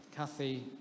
Kathy